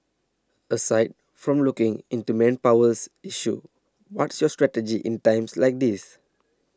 aside from looking into manpowers issues what's your strategy in times like these